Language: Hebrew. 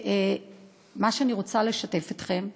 אני רוצה לשתף אתכם,